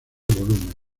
volúmenes